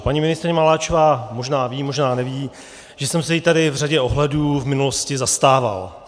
Paní ministryně Maláčová možná ví, možná neví, že jsem se jí tady v řadě ohledů v minulosti zastával.